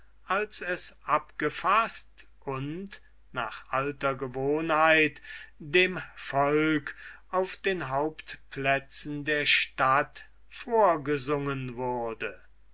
als es abgefaßt und nach alter gewohnheit dem volk auf den hauptplätzen der stadt vorgesungen wurde